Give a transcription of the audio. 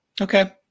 Okay